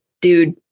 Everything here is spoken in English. dude